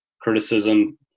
criticism